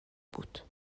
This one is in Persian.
بود